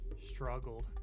Struggled